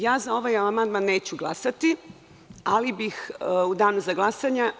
Ja za ovaj amandman neću glasati u danu za glasanje.